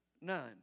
none